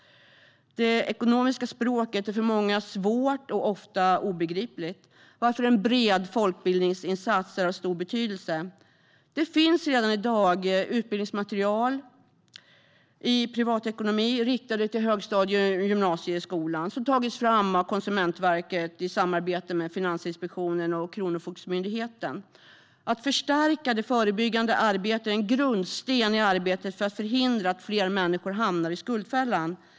Det ekonomiska språket är för många svårt och ofta obegripligt, varför en bred folkbildningsinsats är av stor betydelse. Det finns redan i dag utbildningsmaterial i privatekonomi riktat till högstadie och gymnasieskolan som tagits fram av Konsumentverket i samarbete med Finansinspektionen och Kronofogdemyndigheten. Att förstärka det förebyggande arbetet är en grundsten i arbetet för att förhindra att fler människor hamnar i skuldfällan.